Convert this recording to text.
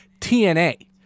TNA